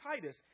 Titus